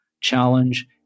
challenge